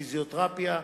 פיזיותרפיה,